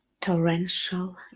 Torrential